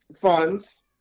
funds